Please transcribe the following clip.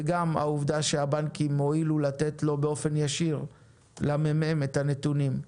וגם העובדה שהבנקים הואילו לתת לא באופן ישיר למ"מ את הנתונים,